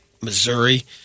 Missouri